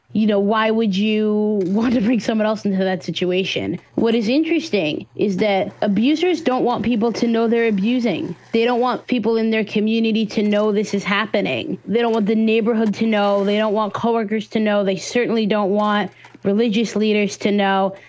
you know, why would you want to bring someone else into that situation? what is interesting is that abusers don't want people to know they're abusing. they don't want people in their community to know this is happening they don't want the neighborhood to know. they don't want co-workers to know. they certainly don't want religious leaders to know.